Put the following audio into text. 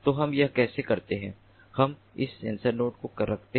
तो हम यह कैसे करते हैं हम इस सेंसर नोड को रखते हैं